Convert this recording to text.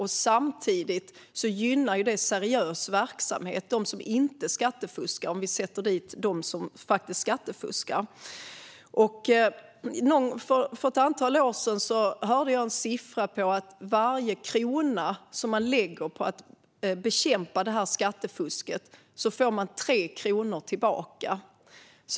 Om vi sätter dit dem som skattefuskar gynnar det samtidigt seriös verksamhet, det vill säga dem som inte skattefuskar. För ett antal år sedan hörde jag att man för varje krona som man lägger på att bekämpa skattefusk får 3 kronor tillbaka.